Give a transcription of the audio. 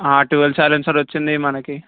dual silencer వచ్చింది మనకి